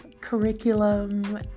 curriculum